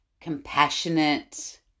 compassionate